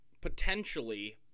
potentially